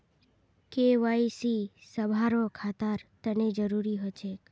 KYC सभारो खातार तने जरुरी ह छेक